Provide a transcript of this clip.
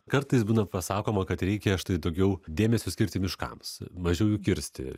kartais būna pasakoma kad reikia štai daugiau dėmesio skirti miškams mažiau jų kirsti